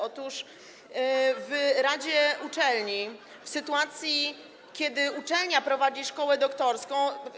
Otóż w radzie uczelni, w sytuacji gdy uczelnia prowadzi szkołę doktorską.